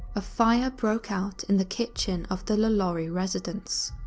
a fire broke out in the kitchen of the lalaurie residence.